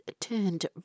turned